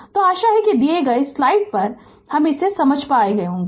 तो यह आशा है कि दिए गए समय स्लाइड पे इसे आप समझ गये होगे